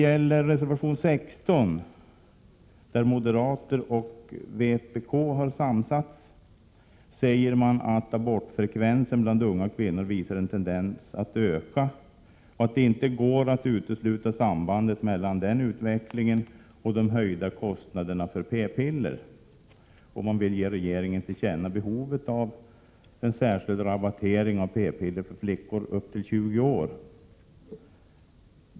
I reservation 16, där moderater och vpk har samsats, säger man att abortfrekvensen bland unga kvinnor visar en tendens att öka och att det inte går att utesluta ett samband mellan denna utveckling och de ökade kostnaderna för p-piller. Man vill ge regeringen till känna behovet av en särskild rabattering av p-piller för flickor upp till 20 år.